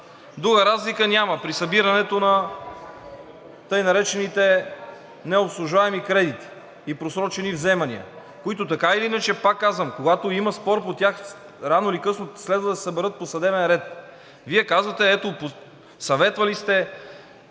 Друга разлика няма при събирането на тъй наречените необслужваеми кредити и просрочени вземания, които така или иначе, пак казвам, когато има спор по тях, рано или късно, следва да се съберат по съдебен ред. Вие казвате – ето, съветвали сте